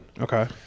Okay